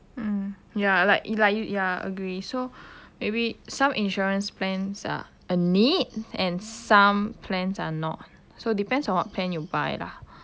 mm ya like like ya agree so maybe some insurance plans are a need and some plans are not so depends on what plan you buy lah